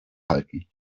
halten